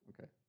okay